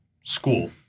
school